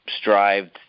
strived